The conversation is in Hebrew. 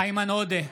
איימן עודה,